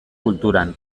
kulturan